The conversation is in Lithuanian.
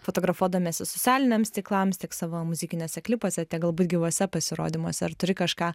fotografuodamiesi socialiniams tinklams tik savo muzikiniuose klipuose tiek galbūt gyvuose pasirodymuose ar turi kažką